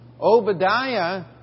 Obadiah